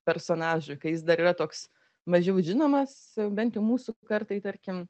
personažui kai jis dar yra toks mažiau žinomas bent jau mūsų kartai tarkim